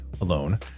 alone